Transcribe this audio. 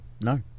No